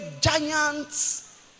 giants